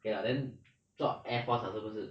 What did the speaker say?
K lah then 做 air force lah 是不是